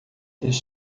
eles